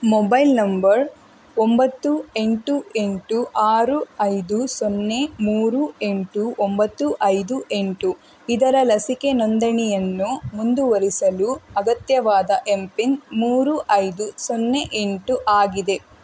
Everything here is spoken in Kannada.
ಮೊಬೈಲ್ ನಂಬರ್ ಒಂಬತ್ತು ಎಂಟು ಎಂಟು ಆರು ಐದು ಸೊನ್ನೆ ಮೂರು ಎಂಟು ಒಂಬತ್ತು ಐದು ಎಂಟು ಇದರ ಲಸಿಕೆ ನೋಂದಣಿಯನ್ನು ಮುಂದುವರಿಸಲು ಅಗತ್ಯವಾದ ಎಂ ಪಿನ್ ಮೂರು ಐದು ಸೊನ್ನೆ ಎಂಟು ಆಗಿದೆ